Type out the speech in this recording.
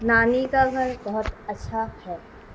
نانی کا گھر بہت اچھا ہے